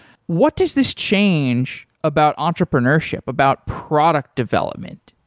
what does this change about entrepreneurship, about product development?